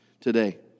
today